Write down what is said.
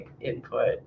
input